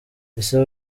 ese